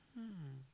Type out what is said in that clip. hmm